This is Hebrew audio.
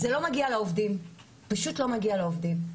זה לא מגיע לעובדים, פשוט לא מגיע לעובדים.